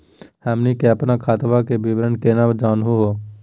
हमनी के अपन खतवा के विवरण केना जानहु हो?